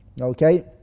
Okay